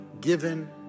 given